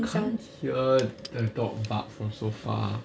you can't hear the dog bark from so far